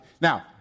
Now